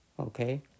Okay